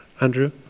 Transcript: Andrew